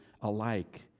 alike